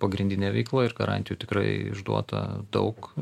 pagrindinė veikla ir garantijų tikrai išduota daug